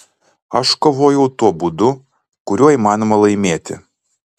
aš kovojau tuo būdu kuriuo įmanoma laimėti